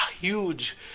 huge